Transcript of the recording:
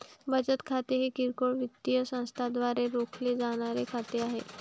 बचत खाते हे किरकोळ वित्तीय संस्थांद्वारे राखले जाणारे खाते आहे